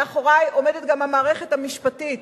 מאחורי עומדת גם המערכת המשפטית,